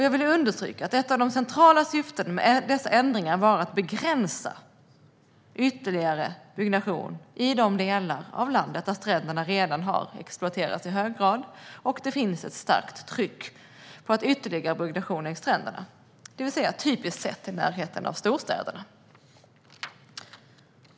Jag vill understryka att ett av de centrala syftena med dessa ändringar var att begränsa ytterligare byggnation i de delar av landet där stränderna redan har exploaterats i hög grad och det finns ett starkt tryck på ytterligare byggnation längs stränderna, det vill säga typiskt sett i närheten av storstäderna.